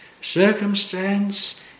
circumstance